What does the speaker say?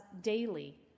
daily